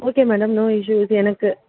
okay madam no issues எனக்கு